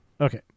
Okay